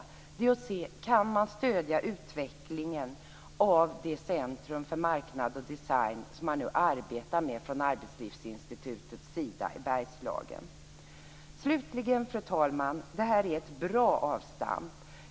Kan man stödja utvecklingen av det centrum för marknad och design i Bergslagen som man nu arbetar med på Arbetslivsinstitutet? Slutligen, fru talman, vill jag säga att detta är ett bra avstamp.